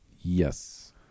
Yes